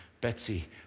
Betsy